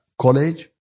college